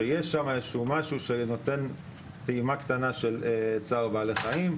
שיש שם איזשהו משהו שנותן טעימה קטנה של צער בעלי חיים,